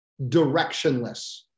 directionless